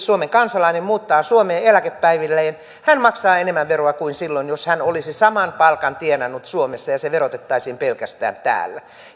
suomen kansalainen muuttaa suomeen eläkepäivilleen hän maksaa enemmän veroa kuin silloin jos hän olisi saman palkan tienannut suomessa ja se verotettaisiin pelkästään täällä